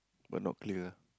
but not clear ah